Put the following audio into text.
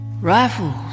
Rifles